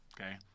Okay